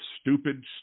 stupid